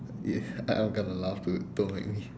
ya I~ I'm gonna laugh dude don't make me